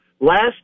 last